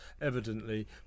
evidently